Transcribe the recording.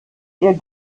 ihr